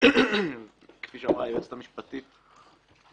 כפי שאמרה היועצת המשפטית,